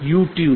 YouTube